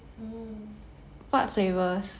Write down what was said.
mm